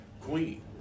Queen